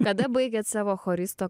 kada baigėt savo choristo